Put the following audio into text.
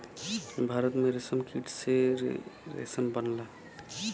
भारत में रेशमकीट से रेशम बनला